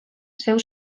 zeu